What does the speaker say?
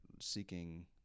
seeking